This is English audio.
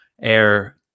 air